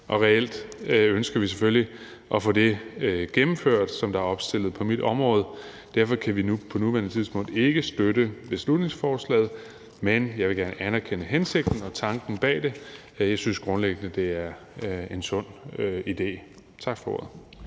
og reelt ønsker vi selvfølgelig at få det gennemført, der er opstillet på mit område. Derfor kan vi på nuværende tidspunkt ikke støtte beslutningsforslaget, men jeg vil gerne anerkende hensigten og tanken bag det, da jeg grundlæggende synes, det er en sund idé. Tak for ordet.